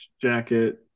jacket